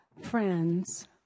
friends